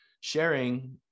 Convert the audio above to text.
sharing